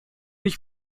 ich